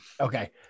Okay